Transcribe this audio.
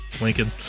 Lincoln